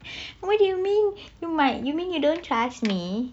what do you mean you might you mean you don't trust me